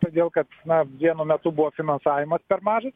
todėl kad na vienu metu buvo finansavimas per mažas